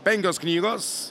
penkios knygos